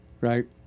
right